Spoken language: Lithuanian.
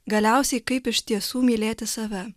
galiausiai kaip iš tiesų mylėti save